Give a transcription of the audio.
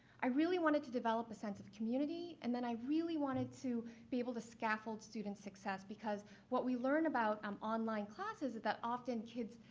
i really wanted to develop a sense of community and then i really wanted to be able to scaffold student success, because what we learn about um online classes is that often kids,